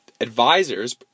Advisors